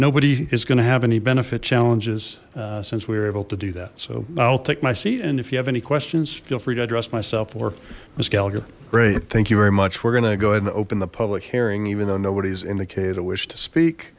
nobody is going to have any benefit challenges since we were able to do that so i'll take my seat and if you have any questions feel free to address myself or miss gallagher great thank you very much we're gonna go ahead and open the public hearing even though nobody's indicated a wish to speak